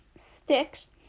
sticks